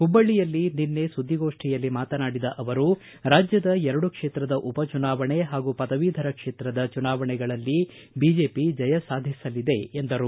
ಹುಬ್ಬಳ್ಳಿಯಲ್ಲಿ ನಿನ್ನೆ ಸುದ್ದಿಗೋಷ್ಠಿಯಲ್ಲಿ ಮಾತನಾಡಿದ ಅವರು ರಾಜ್ಯದ ಎರಡು ಕ್ಷೇತ್ರದ ಉಪಚುನಾವಣೆ ಹಾಗೂ ಪದವೀಧರ ಕ್ಷೇತ್ರದ ಚುನಾವಣೆಗಳಲ್ಲಿ ಬಿಜೆಪಿ ಜಯ ಸಾಧಿಸಲಿದೆ ಎಂದರು